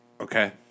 Okay